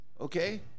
Okay